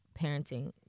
parenting